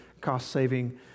cost-saving